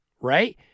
right